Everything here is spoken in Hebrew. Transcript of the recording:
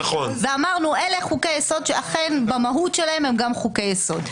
ואמרנו שאלה חוקי היסוד שאכן במהות שלהם הם גם חוקי יסוד.